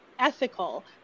ethical